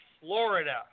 Florida